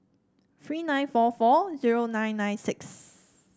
three nine four four zero nine nine six